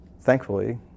thankfully